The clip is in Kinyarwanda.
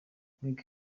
nkuko